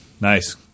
Nice